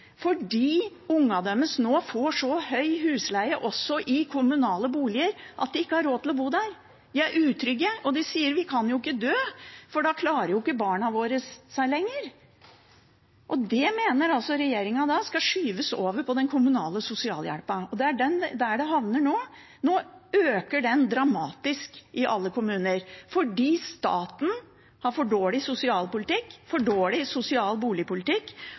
fordi barna deres nå får så høy husleie også i kommunale boliger at de ikke har råd til å bo der. De er utrygge, og de sier at vi kan jo ikke dø, for da klarer ikke barna våre seg lenger. Det mener altså regjeringen skal skyves over på den kommunale sosialhjelpa. Det er der det havner nå. Nå øker den dramatisk i alle kommuner, fordi staten har for dårlig sosialpolitikk og for dårlig sosial boligpolitikk,